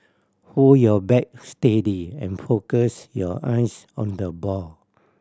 hold your bat steady and focus your eyes on the ball